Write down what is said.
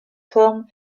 forme